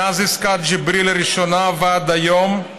מאז עסקת ג'יבריל הראשונה ועד היום,